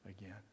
again